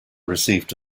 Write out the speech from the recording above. received